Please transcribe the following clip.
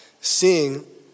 seeing